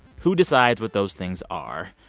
who decides what those things are?